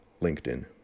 LinkedIn